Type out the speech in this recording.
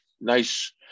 nice